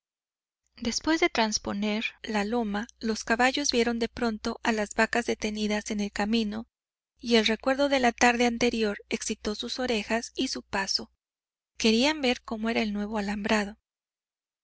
después de trasponer la loma los caballos vieron de pronto a las vacas detenidas en el camino y el recuerdo de la tarde anterior excitó sus orejas y su paso querían ver cómo era el nuevo alambrado